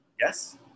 yes